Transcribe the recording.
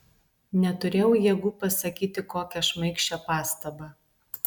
neturėjau jėgų pasakyti kokią šmaikščią pastabą